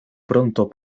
pronto